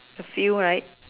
a few right